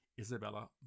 isabella